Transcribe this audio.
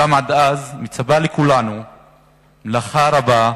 אולם עד אז מצפה לכולנו מלאכה רבה,